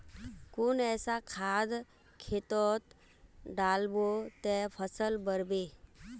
कुन ऐसा खाद खेतोत डालबो ते फसल बढ़बे?